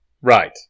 Right